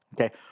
okay